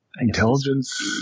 Intelligence